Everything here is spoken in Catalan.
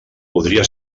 podria